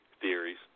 theories